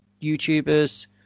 YouTubers